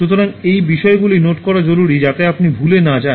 সুতরাং এই বিষয়গুলি নোট করা জরুরী যাতে আপনি ভুলে না যান